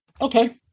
Okay